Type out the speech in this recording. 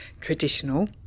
traditional